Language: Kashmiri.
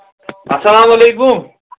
اَلسلامُ علیکُم